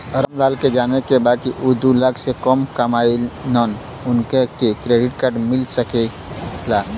राम लाल के जाने के बा की ऊ दूलाख से कम कमायेन उनका के क्रेडिट कार्ड मिल सके ला?